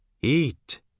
Eat